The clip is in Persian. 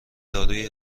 دارویی